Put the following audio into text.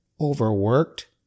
overworked